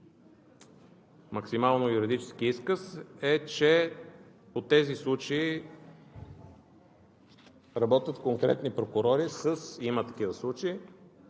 максимално юридически изказ, е, че по тези случаи работят конкретни прокурори – има такива случаи